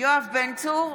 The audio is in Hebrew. יואב בן צור,